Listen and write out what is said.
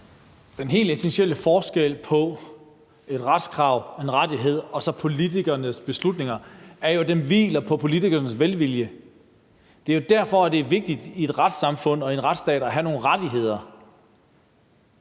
Den helt essentielle forskel på et retskrav, en rettighed, og så politikernes beslutning er jo, at den hviler på politikernes velvilje. Det er jo derfor, det er vigtigt i et retssamfund og i en retsstat at have nogle rettigheder,